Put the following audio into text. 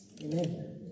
Amen